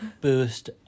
Boost